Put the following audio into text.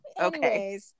Okay